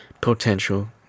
potential